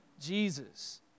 Jesus